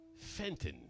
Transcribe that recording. Fenton